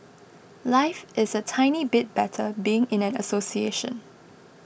life is a tiny bit better being in an association